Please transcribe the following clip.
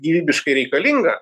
gyvybiškai reikalinga